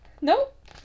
Nope